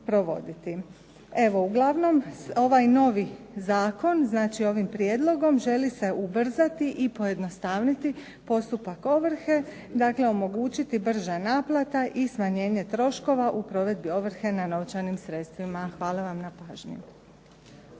Evo uglavnom ovaj novi zakon, znači ovim prijedlogom želi se ubrzati i pojednostaviti postupak ovrhe, dakle omogućiti brža naplata i smanjenje troškova u provedbi ovrhe na novčanim sredstvima. Hvala vam na pažnji.